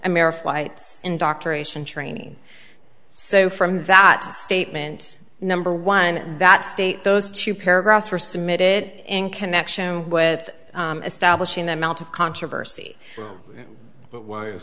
america flights indoctrination training so from that statement number one that state those two paragraphs were submitted in connection with establishing the amount of controversy but w